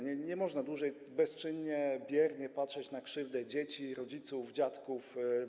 Nie można dłużej bezczynnie, biernie patrzeć na krzywdę dzieci, rodziców, dziadków.